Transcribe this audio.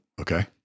okay